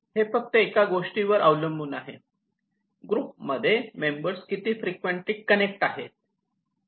हे फक्त एका गोष्टीवर अवलंबून आहे ग्रुपमध्ये प्रत्येक मेंबर किती फ्रिक्वेंटली कनेक्ट आहे